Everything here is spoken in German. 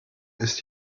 ist